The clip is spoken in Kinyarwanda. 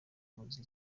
muzi